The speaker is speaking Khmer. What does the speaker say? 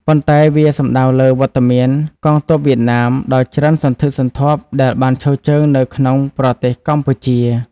ប៉ុន្តែវាសំដៅលើវត្តមានកងទ័ពវៀតណាមដ៏ច្រើនសន្ធឹកសន្ធាប់ដែលបានឈរជើងនៅក្នុងប្រទេសកម្ពុជា។